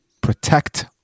protect